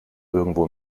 irgendwo